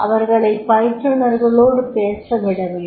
அவர்களைப் பயிற்றுனர்களோடு பேசவிடவேண்டும்